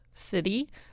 city